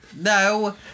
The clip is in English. No